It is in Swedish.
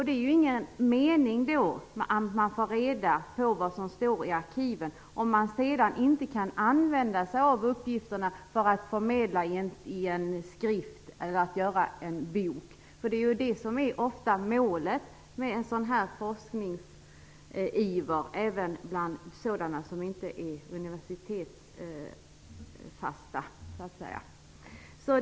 Det är ingen mening med att få reda på vad som står i arkiven om man sedan inte kan använda sig av uppgifterna i en skrift eller en bok. Det är ju ofta det som är målet med en sådan här forskning, även bland dem som inte är knutna till ett universitet.